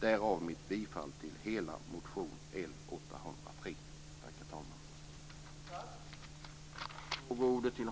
Därav mitt bifall till hela motion L803. Tack, herr talman.